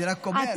אני רק אומר.